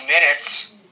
minutes